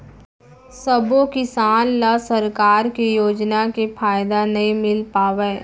सबो किसान ल सरकार के योजना के फायदा नइ मिल पावय